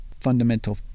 fundamental